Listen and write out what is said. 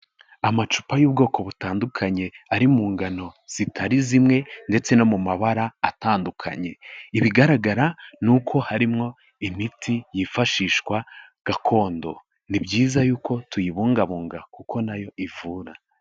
Amacupa y'ubwoko butandukanye ari mu ngano zitari zimwe ndetse no mu mabara atandukanye, ibigaragara ni uko harimo imiti yifashishwa gakondo, ni byiza yuko tuyibungabunga kuko na yo ivura.